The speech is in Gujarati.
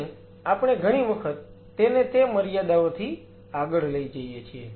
અને આપણે ઘણી વખત તેને તે મર્યાદાઓથી આગળ લઈ જઈએ છીએ